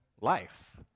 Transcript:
life